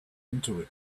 into